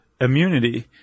immunity